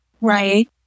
Right